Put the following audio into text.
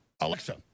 alexa